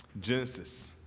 Genesis